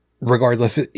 regardless